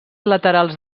laterals